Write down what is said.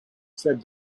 said